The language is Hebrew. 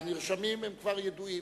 הנרשמים כבר ידועים.